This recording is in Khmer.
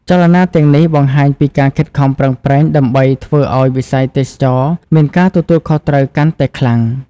ចលនាទាំងនេះបង្ហាញពីការខិតខំប្រឹងប្រែងដើម្បីធ្វើឲ្យវិស័យទេសចរណ៍មានការទទួលខុសត្រូវកាន់តែខ្លាំង។